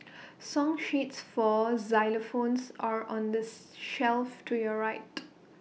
song sheets for xylophones are on the shelf to your right